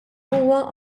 huwa